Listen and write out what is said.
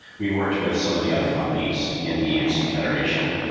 we worked with some of the other companies in the emc federation,